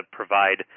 provide